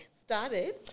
started